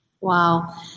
Wow